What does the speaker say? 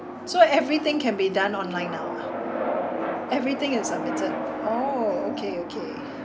so everything can be done online now ah everything is submitted oh okay okay